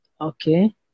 okay